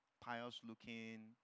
pious-looking